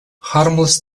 harmless